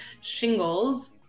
shingles